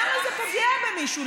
למה זה פוגע במישהו?